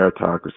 meritocracy